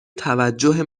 توجه